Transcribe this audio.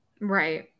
right